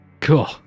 Cool